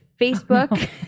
Facebook